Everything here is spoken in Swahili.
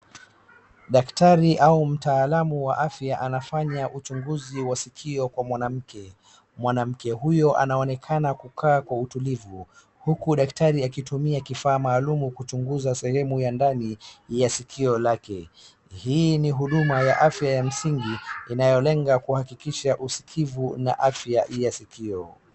daktari au mtaalamu wa afya anafanya uchunguzi wa sikio kwa mwanamke mwanamke huyo anaonekana kukaa kwa utulivu huku daktari akitumia kifaa maalum kuchunguza sehemu ya ndani ya sikio lake hii ni huduma ya afya ya msingi inayolenga kuhakikisha usikivu na afya ya sikio